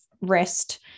rest